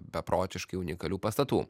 beprotiškai unikalių pastatų